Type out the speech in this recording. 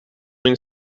min